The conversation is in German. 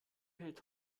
hält